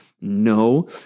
No